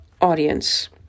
audience